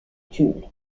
tulle